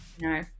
no